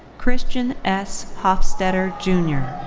christian s. hofstetter junior.